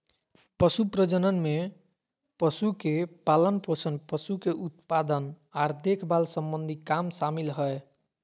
पशु प्रजनन में पशु के पालनपोषण, पशु के उत्पादन आर देखभाल सम्बंधी काम शामिल हय